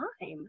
time